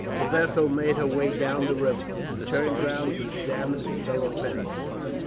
the vessel made her way down the river, he turned round to examine his fellow passengers.